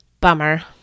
Bummer